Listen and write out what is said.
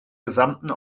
gesamten